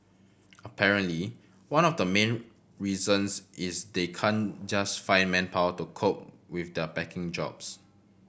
apparently one of the main reasons is they can't just find manpower to cope with their packing jobs